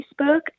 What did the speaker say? Facebook